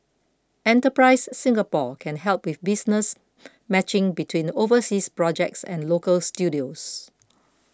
enterprise Singapore can help with business matching between overseas projects and local studios